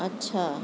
اچھا